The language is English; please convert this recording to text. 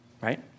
right